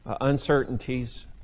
uncertainties